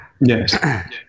Yes